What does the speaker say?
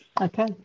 okay